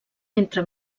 entre